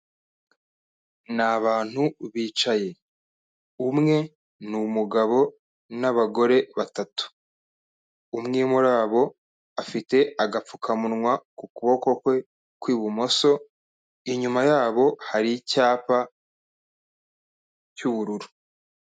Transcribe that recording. Ni abantu bicaye, umwe ni umugabo n'abagore batatu, umwe muri abo afite agapfukamunwa ku kuboko kwe kw'ibumoso, inyuma yabo hari icyapa cy'ubururu.